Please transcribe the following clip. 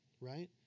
right